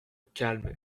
calme